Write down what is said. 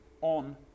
on